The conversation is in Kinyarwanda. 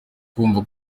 kumva